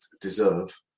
deserve